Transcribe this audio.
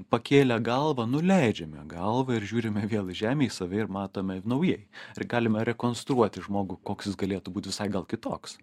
pakėlę galvą nuleidžiame galvą ir žiūrime vėl į žemę į save ir matome naujai ir galime rekonstruoti žmogų koks jis galėtų būt visai gal kitoks